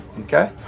okay